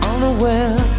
Unaware